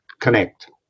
connect